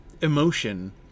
emotion